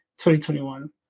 2021